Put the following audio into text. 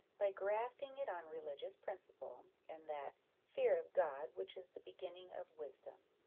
by grafting it on religious principle, and that fear of god, which is the beginning of wisdom.